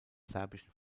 serbischen